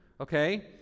okay